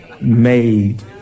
made